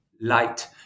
light